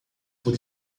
por